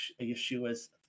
Yeshua's